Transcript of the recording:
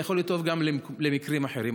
זה יכול להיות טוב גם למקרים אחרים,